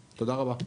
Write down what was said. תודה.